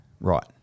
Right